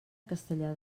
castellar